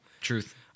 Truth